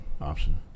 option